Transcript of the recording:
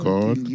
God